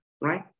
right